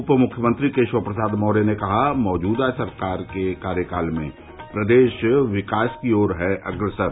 उप मुख्यमंत्री केशव प्रसाद मौर्य ने कहा मौजूदा राज्य सरकार के कार्यकाल में प्रदेश विकास की ओर है अग्रसर